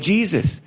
Jesus